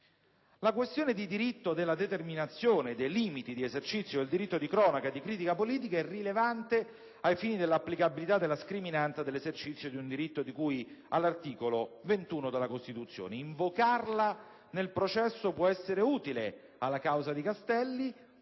La questione di diritto della determinazione dei limiti di esercizio del diritto di cronaca e di critica politica è rilevante ai fini dell'applicabilità della scriminante dell'esercizio di un diritto di cui all'articolo 21 della Costituzione: invocarla nel processo può essere più utile alla causa del